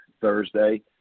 Thursday